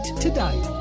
today